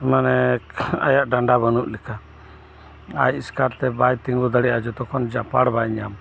ᱢᱟᱱᱮ ᱟᱭᱟᱜ ᱰᱟᱸᱰᱟ ᱵᱟᱹᱱᱩᱜ ᱞᱮᱠᱟ ᱟᱡ ᱮᱥᱠᱟᱨ ᱛᱮ ᱵᱟᱭ ᱛᱤᱸᱜᱩ ᱫᱟᱲᱤᱭᱟᱜᱼᱟ ᱡᱚᱛᱚᱠᱷᱚᱱ ᱡᱟᱯᱟᱲ ᱵᱟᱭ ᱧᱟᱢ